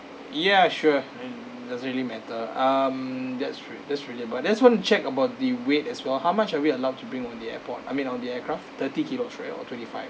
ya sure and doesn't really matter um that's re~ that's really but just want to check about the weight as well how much are we allowed to bring on the airport I mean on the aircraft thirty kilos right or twenty five